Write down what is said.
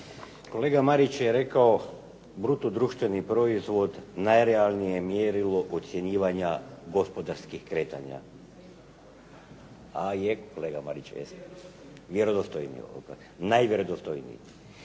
Kolega Marić je rekao bruto društveni proizvod najrealnije je mjerilo ocjenjivanja gospodarskih kretanja, a je kolega Marić, recite, najvjerodostojniji.